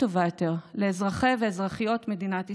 טובה יותר לאזרחי ואזרחיות מדינת ישראל.